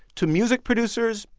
to music producers,